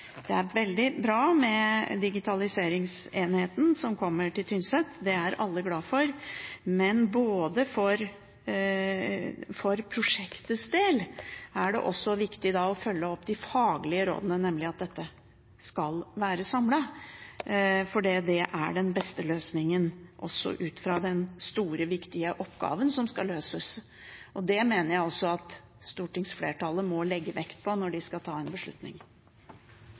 Det er veldig bra med digitaliseringsenheten som kommer til Tynset – det er alle glad for – men for prosjektets del er det også viktig å følge opp de faglige rådene, nemlig at dette skal være samlet fordi det er den beste løsningen, også ut fra den store, viktige oppgaven som skal løses. Det mener jeg også at stortingsflertallet må legge vekt på når de skal ta en beslutning.